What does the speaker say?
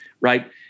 Right